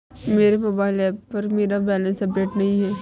मेरे mobile app पर मेरा बैलेंस अपडेट नहीं है